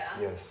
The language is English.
Yes